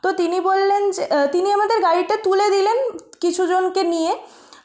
তো তিনি বললেন যে তিনি আমাদের গাড়িটা তুলে দিলেন কিছু জনকে নিয়ে